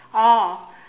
oh